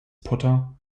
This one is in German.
potter